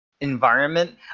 environment